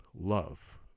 Love